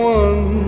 one